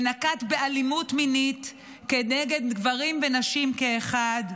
ונקט אלימות מינית כנגד גברים ונשים כאחד: